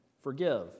forgive